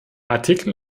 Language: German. artikel